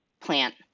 plant